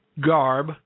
garb